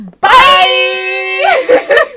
bye